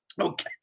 Okay